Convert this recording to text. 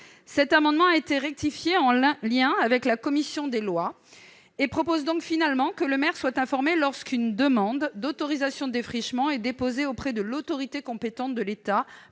L'amendement a été rectifié en lien avec la commission des lois. Il vise donc finalement à prévoir que le maire doit être informé lorsqu'une demande d'autorisation de défrichement est déposée auprès de l'autorité compétente de l'État